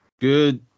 Good